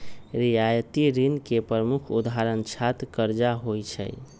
रियायती ऋण के प्रमुख उदाहरण छात्र करजा होइ छइ